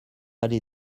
allée